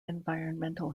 environmental